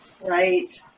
right